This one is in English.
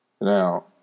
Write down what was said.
Now